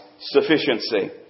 sufficiency